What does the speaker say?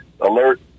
alert